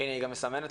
עבדנו